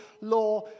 law